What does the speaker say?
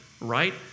right